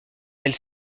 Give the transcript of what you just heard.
elle